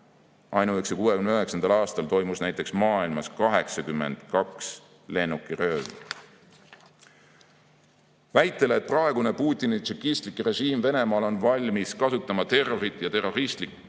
Ainuüksi 1969. aastal toimus maailmas 82 lennukiröövi. Väitele, et praegune Putini tšekistlik režiim Venemaal on valmis kasutama terrorit ja terroristlikke